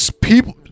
people